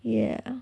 ya